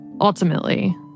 Ultimately